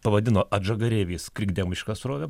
pavadino atžagareiviais krikdemišką srovę